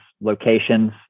locations